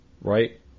Right